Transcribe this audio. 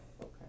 okay